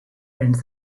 and